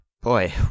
Boy